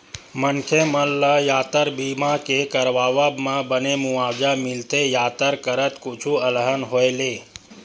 मनखे मन ल यातर बीमा के करवाब म बने मुवाजा मिलथे यातर करत कुछु अलहन होय ले